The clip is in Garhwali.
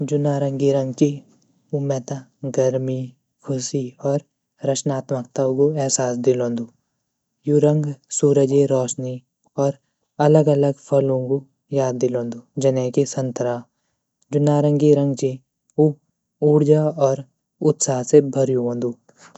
जू नारंगी रंग ची उ मेता गर्मी, ख़ुशी, और रचनात्मकता गू एहसास दिलोंदु यू रंग सूरजे रोशनी और अलग अलग फलूँ ग याद दिलोंदु जाने की संतरा जू नारंगी रंग ची उ ऊर्जा और उत्साह से भार्यूँ वंदु।